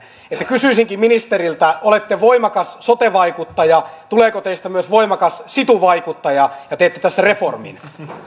kysyisin ministeriltä olette voimakas sote vaikuttaja tuleeko teistä myös voimakas situ vaikuttaja ja teette tässä reformin